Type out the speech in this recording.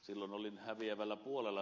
silloin olin häviävällä puolella